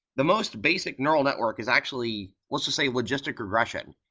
the most basic neural network is actually, let's just say logistic regression.